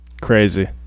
Crazy